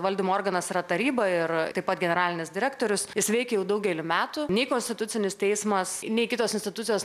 valdymo organas yra taryba ir taip pat generalinis direktorius jis veikia jau daugelį metų nei konstitucinis teismas nei kitos institucijos